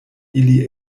ili